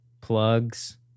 plugs